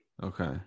okay